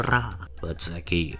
ra atsakė ji